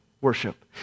worship